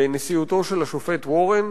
בנשיאותו של השופט וורן,